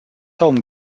home